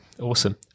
awesome